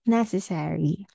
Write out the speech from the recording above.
necessary